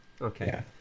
Okay